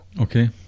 Okay